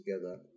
together